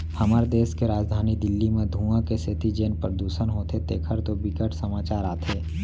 हमर देस के राजधानी दिल्ली म धुंआ के सेती जेन परदूसन होथे तेखर तो बिकट समाचार आथे